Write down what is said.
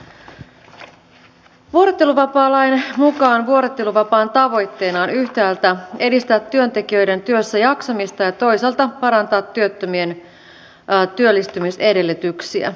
vuorotteluvapaalain mukaan vuorotteluvapaan tavoitteena on yhtäältä edistää työntekijöiden työssäjaksamista ja toisaalta parantaa työttömien työllistymisedellytyksiä